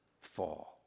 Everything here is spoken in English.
fall